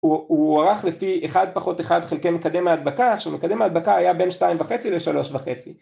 הוא ערך לפי 1-1 חלקי מקדם ההדבקה, עכשיו מקדם ההדבקה היה בין 2.5 ל-3.5